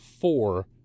four